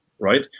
right